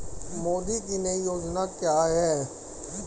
मोदी की नई योजना क्या है?